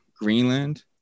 Greenland